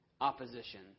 opposition